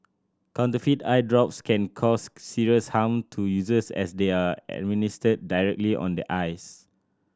counterfeit eye drops can cause serious harm to users as they are administered directly on the eyes